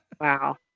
Wow